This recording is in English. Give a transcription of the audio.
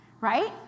right